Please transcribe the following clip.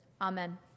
Amen